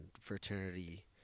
fraternity